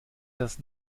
das